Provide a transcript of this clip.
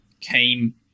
came